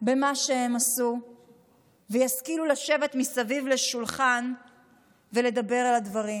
במה שהם עשו וישכילו לשבת מסביב לשולחן ולדבר על הדברים.